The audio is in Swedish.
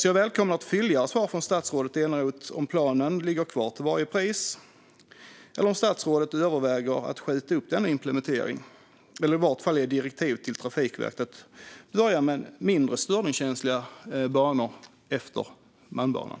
Jag välkomnar därför ett fylligare svar från statsrådet Eneroth om huruvida planen ligger kvar till varje pris eller om statsrådet överväger att skjuta upp implementeringen eller i varje fall ge direktiv till Trafikverket att börja med mindre störningskänsliga banor efter Malmbanan.